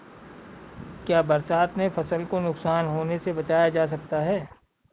क्या बरसात में फसल को नुकसान होने से बचाया जा सकता है?